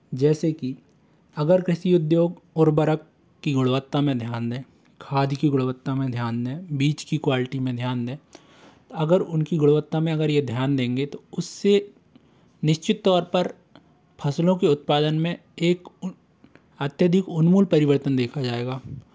जैसे कि अगर कृषि उद्योग उर्वरक की गुणवत्ता में ध्यान दें खाद की गुणवत्ता में ध्यान दें बीज की क्वालिटी में ध्यान दें अगर उनकी गुणवत्ता में अगर ये ध्यान देंगे तो उस से निश्चित तौर पर फ़सलों के उत्पादन में एक उ अत्यधिक उन्मूल परिवर्तन देखा जाएगा